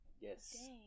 Yes